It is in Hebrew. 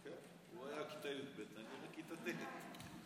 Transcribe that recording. הוא היה בכיתה י"ב ואני בכיתה ט'.